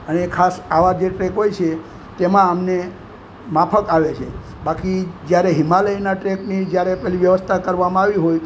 અને ખાસ આવા જે ટ્રેક હોય છે તેમાં અમને માફક આવે છે બાકી જ્યારે હિમાલયના ટ્રેકની જ્યારે પેલી વ્યવસ્થા કરવામાં આવી હોય